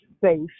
safe